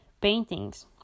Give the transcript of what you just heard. paintings